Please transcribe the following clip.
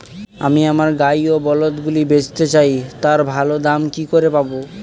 আমি আমার গাই ও বলদগুলিকে বেঁচতে চাই, তার ভালো দাম কি করে পাবো?